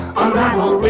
unravel